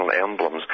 emblems